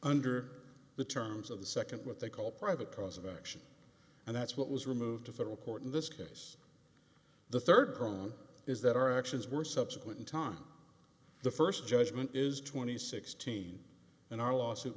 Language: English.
under the terms of the second what they call a private cause of action and that's what was removed to federal court in this case the third term is that our actions were subsequent in time the first judgment is twenty sixteen and our lawsuit